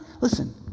Listen